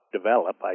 develop